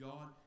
God